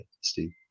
steve